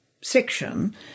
section